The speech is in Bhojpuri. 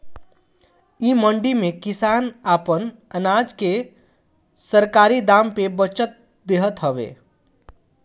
इ मंडी में किसान आपन अनाज के सरकारी दाम पे बचत देवत हवे